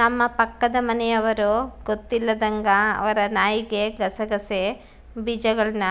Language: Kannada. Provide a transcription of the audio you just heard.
ನಮ್ಮ ಪಕ್ಕದ ಮನೆಯವರು ಗೊತ್ತಿಲ್ಲದಂಗ ಅವರ ನಾಯಿಗೆ ಗಸಗಸೆ ಬೀಜಗಳ್ನ